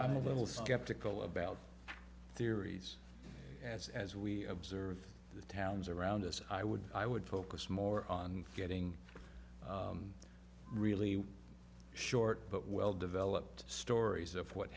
have little skeptical about theories as as we observe the towns around us i would i would focus more on getting really short but well developed stories of what